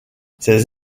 ces